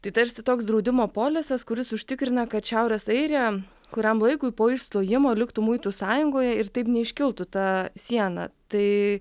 tai tarsi toks draudimo polisas kuris užtikrina kad šiaurės airija kuriam laikui po išstojimo liktų muitų sąjungoje ir taip neiškiltų ta siena tai